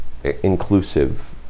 inclusive